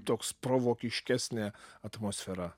toks provokiškesnė atmosfera